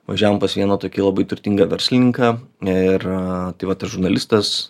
važiavom pas vieną tokį labai turtingą verslininką ir tai va tas žurnalistas